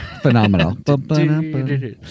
Phenomenal